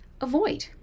avoid